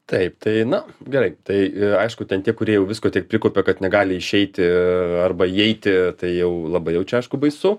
taip tai na gerai tai aišku ten tie kurie jau visko tiek prikaupė kad negali išeiti arba įeiti tai jau labai jau čia aišku baisu